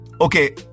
Okay